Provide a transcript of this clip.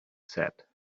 said